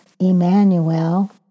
Emmanuel